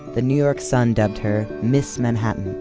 the new york sun dubbed her miss manhattan.